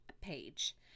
page